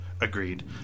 Agreed